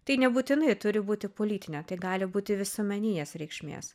tai nebūtinai turi būti politinė tai gali būti visuomeninės reikšmės